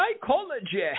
psychology